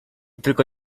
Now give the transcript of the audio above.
tylko